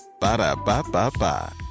Ba-da-ba-ba-ba